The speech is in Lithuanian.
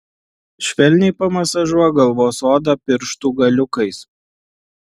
švelniai pamasažuok galvos odą pirštų galiukais